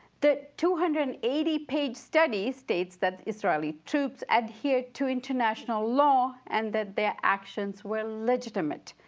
the two hundred and eighty page study states that israeli troops adhered to international law and that their actions were legitimate.